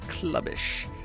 clubbish